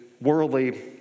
worldly